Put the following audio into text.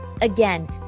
again